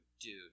dude